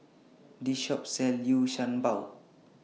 This Shop sells Liu Sha Bao